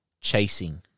chasing